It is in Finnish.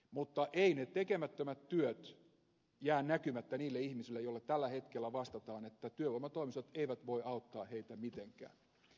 mutta eivät ne tekemättömät työt jää näkymättä niille ihmisille joille tällä hetkellä vastataan että työvoimatoimistot eivät voi auttaa heitä mitenkään